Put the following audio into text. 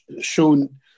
shown